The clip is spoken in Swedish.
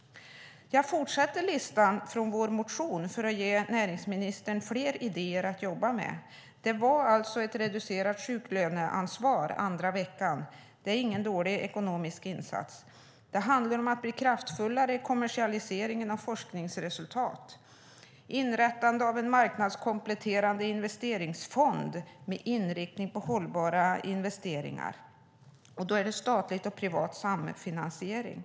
Jag fortsätter på listan från vår motion för att ge näringsministern fler idéer att jobba med. Det handlar alltså om ett reducerat sjuklöneansvar den andra veckan - det är ingen dålig ekonomisk insats. Det handlar om att bli kraftfullare i kommersialiseringen av forskningsresultat. Det handlar om inrättande av en marknadskompletterande investeringsfond med inriktning på hållbara investeringar, och då är det statlig och privat samfinansiering.